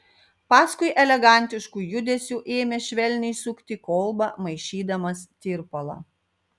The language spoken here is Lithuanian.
paskui elegantišku judesiu ėmė švelniai sukti kolbą maišydamas tirpalą